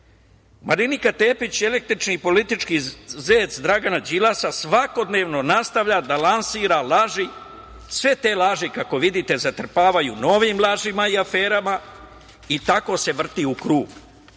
zemlji. Marinika Tepić, električni i politički zec Dragana Đilasa, svakodnevno nastavlja da lansira laži. Sve te laži, kako vidite, zatrpavaju novim lažima i aferama i tako se vrti u krug.